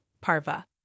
parva